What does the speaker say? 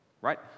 Right